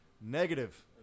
Negative